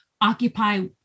Occupy